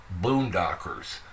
boondockers